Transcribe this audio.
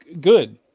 good